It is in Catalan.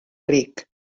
ric